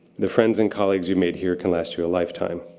the friends and colleagues you made here can last you a lifetime.